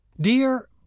Dear